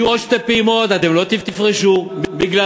יהיו עוד שתי פעימות, אתם לא תפרשו, בגללכם.